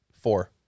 four